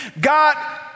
God